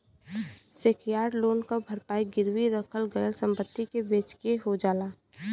secured loan क भरपाई गिरवी रखल गयल संपत्ति के बेचके हो जाला